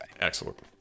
excellent